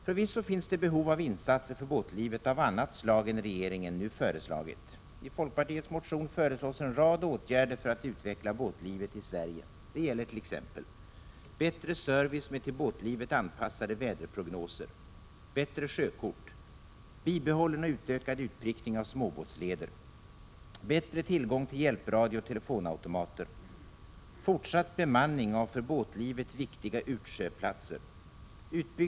Förvisso finns det behov av insatser för båtlivet av annat slag än regeringen nu har föreslagit. I folkpartiets motion föreslås en rad åtgärder för att utveckla båtlivet i Sverige. Det gäller t.ex.